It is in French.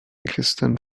kirsten